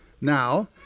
now